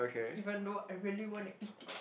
even though I really wanna eat it